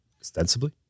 Ostensibly